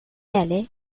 alais